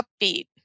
upbeat